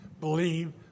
Believe